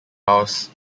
house